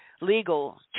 legal